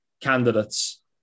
candidates